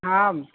हा